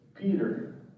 Peter